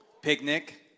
picnic